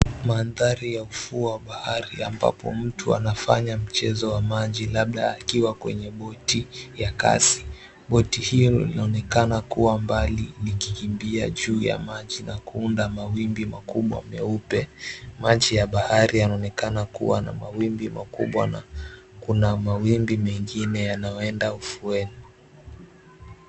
Mandhari ya ufuo wa bahari ambapo mtu anafanya mchezo wa maji, labda akiwa kwenye boti ya kasi. Boti hilo lilionekana kuwa mbali, likikimbia juu ya maji na kuunda mawimbi makubwa meupe. Maji ya bahari yanaonekana kuwa na mawimbi makubwa, na kuna mawimbi mengine yanayoenda ufueni.